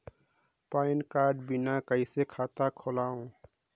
Pan card बिना कइसे खाता खोलव?